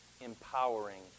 empowering